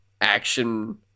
action